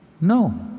No